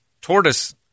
tortoise